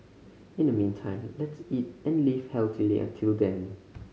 in the meantime let's eat and live healthily until then